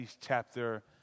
chapter